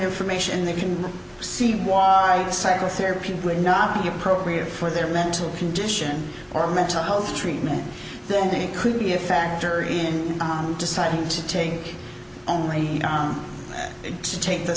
information they can see why psychotherapy would not be appropriate for their mental condition or mental health treatment the ending could be a factor in deciding to take only to take the